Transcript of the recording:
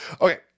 Okay